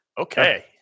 Okay